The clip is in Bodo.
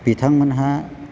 बिथांमोनहा